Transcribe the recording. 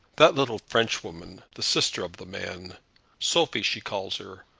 that little frenchwoman the sister of the man sophie she calls her.